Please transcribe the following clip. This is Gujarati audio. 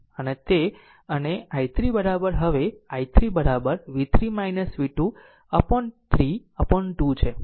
આમ તે અને i3 હવે i3 બરાબર v3 v2 upon 3 upon 2 છે